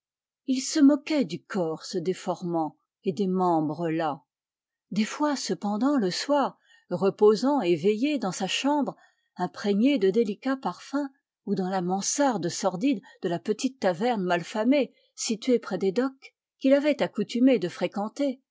il se moquait du corps se déformant et des membres las des fois cependant le soir reposant éveillé dans sa chambre imprégnée de délicats parfums ou dans la mansarde sordide de la petite taverne mal famée située près de docks qu'il avait accoutumé de fréquenter